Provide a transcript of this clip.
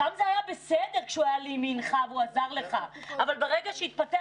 שם זה היה בסדר כשהוא היה לימינך והוא עזר לך אבל ברגע שהתפתח